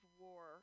war